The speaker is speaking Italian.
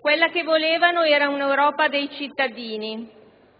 quella che volevano era un'Europa dei cittadini,